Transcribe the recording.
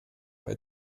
bei